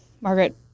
Margaret